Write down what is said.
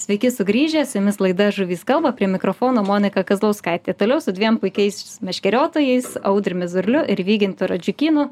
sveiki sugrįžę su jumis laida žuvys kalba prie mikrofono monika kazlauskaitė toliau su dviem puikiais meškeriotojais audriumi zurliu ir vygintu radžiukynu